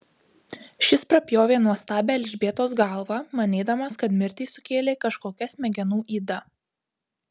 šis prapjovė nuostabią elžbietos galvą manydamas kad mirtį sukėlė kažkokia smegenų yda